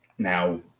Now